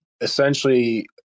essentially